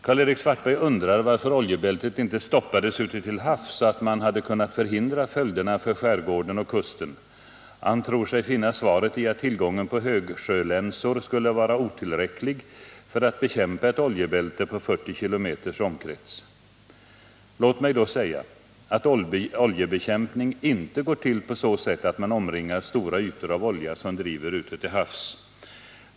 Karl-Erik Svartberg undrar varför oljebältet inte stoppades ute till havs så att man hade kunnat förhindra följderna för skärgården och kusten, och han tror sig finna svaret i att tillgången på högsjölänsor skulle vara otillräcklig för att bekämpa ett oljebälte med 40 km omkrets. Låt mig då säga att oljebekämpning inte går till på så sätt att man omringar stora ytor av olja som driver ute till havs.